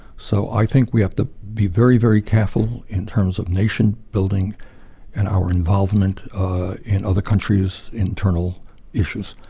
so i think we have to be very, very careful in terms of nation building and our involvement in other countries' internal issues.